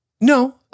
No